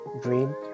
green